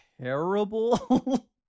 terrible